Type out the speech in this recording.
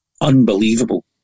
Unbelievable